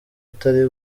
atari